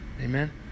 Amen